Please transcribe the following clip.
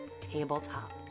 Tabletop